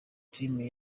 team